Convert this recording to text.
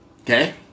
Okay